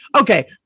Okay